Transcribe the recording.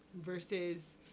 versus